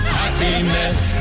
happiness